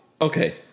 okay